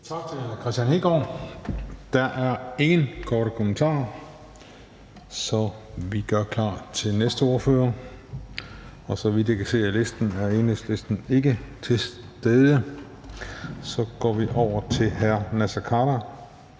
Tak til hr. Kristian Hegaard. Der er ingen korte bemærkninger, så vi gør klar til den næste ordfører. Så vidt jeg kan se af listen, er der ikke nogen fra Enhedslisten. Så går vi over til hr. Naser Khader